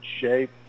shape